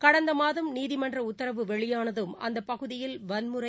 கடந்த மாதம் நீதிமன்ற உத்தரவு வெளியானதும் அந்தப் பகுதியில் வன்முறை